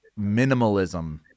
minimalism